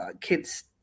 kids